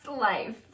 Life